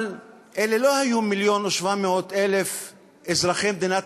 אבל אלה לא היו 1.7 מיליון אזרחי מדינת